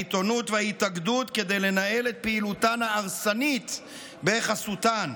העיתונות וההתאגדות כדי לנהל את פעילותן ההרסנית בחסותן.